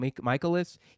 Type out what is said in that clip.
Michaelis